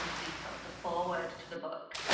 and the sort of the foreword to the book,